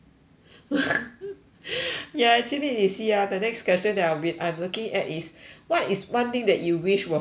ya actually you see ah the next question that I'll be I'm looking at is what is one thing that you wish was free